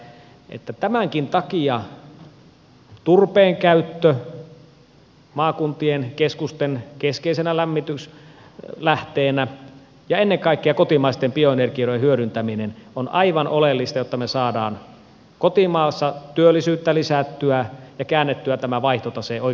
tämänkin takia turpeen käyttö maakuntien keskusten keskeisenä lämmityslähteenä ja ennen kaikkea kotimaisten bioenergioiden hyödyntäminen on aivan oleellista jotta me saamme kotimaassa työllisyyttä lisättyä ja käännettyä tämän vaihtotaseen oikean merkkiseksi